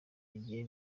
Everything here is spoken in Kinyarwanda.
bagiye